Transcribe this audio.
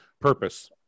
purpose